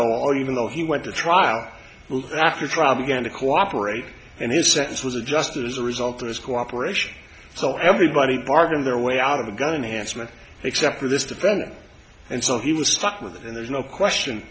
or even though he went to trial after trial began to cooperate and his sentence was adjusted as a result of his cooperation so everybody bargain their way out of the gun handsomely except for this defendant and so he was struck with and there's no question